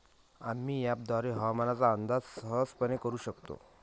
आम्ही अँपपद्वारे हवामानाचा अंदाज सहजपणे करू शकतो